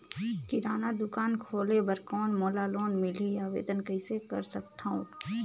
किराना दुकान खोले बर कौन मोला लोन मिलही? आवेदन कइसे कर सकथव?